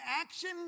action